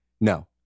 No